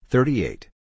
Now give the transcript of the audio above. Thirty-eight